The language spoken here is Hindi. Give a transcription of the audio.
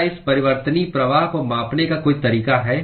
क्या इस परिवर्तनीय प्रवाह को मापने का कोई तरीका है